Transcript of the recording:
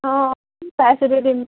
অঁ চাই চিতি দিম